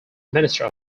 minister